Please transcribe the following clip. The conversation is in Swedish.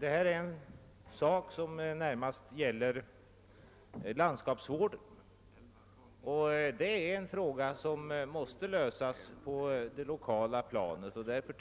Det gäller här t.ex. landskapsvården, där många frågor inom planläggningen måste tas upp på det lokala planet. Det är därför